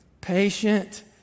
patient